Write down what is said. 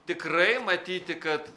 tikrai matyti kad